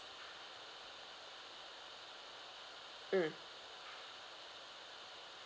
mm